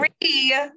three